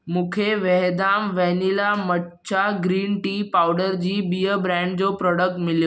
मूंखे वहदाम vanilla matcha green tea powder जी ॿीअ ब्रांड जो प्रोडक्ट मिलियो